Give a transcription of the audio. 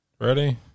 Ready